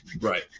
Right